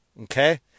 Okay